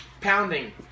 pounding